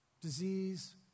disease